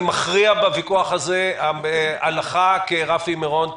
אני מכריע בוויכוח הזה, הלכה כרפי מירון.